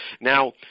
now